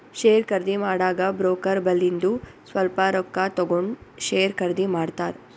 share ಖರ್ದಿ ಮಾಡಾಗ broker ಬಲ್ಲಿಂದು ಸ್ವಲ್ಪ ರೊಕ್ಕಾ ತಗೊಂಡ್ ಶೇರ್ ಖರ್ದಿ ಮಾಡ್ತಾರ್